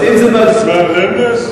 זה הרמז?